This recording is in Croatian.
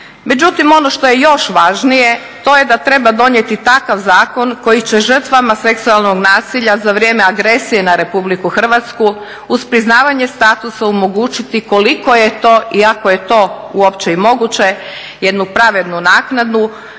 Međutim, ono što je još važnije to je da treba donijeti takav zakon koji će žrtvama seksualnog nasilja za vrijeme agresije na RH uz priznavanje statusa omogućiti koliko je to i ako je to uopće i moguće jednu pravednu naknadu